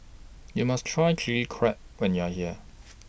YOU must Try Chilli Crab when YOU Are here